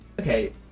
okay